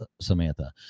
Samantha